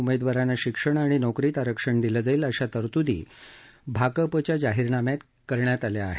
उमेदवारांना शिक्षण आणि नोकरीत आरक्षण दिलं जाईल अशा तरतूदी भाकपच्या जाहीरनाम्यात केल्या आहेत